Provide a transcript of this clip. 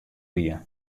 wie